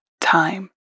time